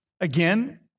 Again